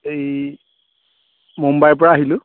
এই মুম্বাইৰ পৰা আহিলোঁ